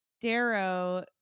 Darrow